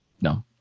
No